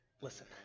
listen